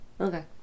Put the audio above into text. Okay